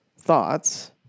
thoughts